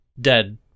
dead